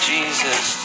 Jesus